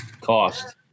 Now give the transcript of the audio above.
cost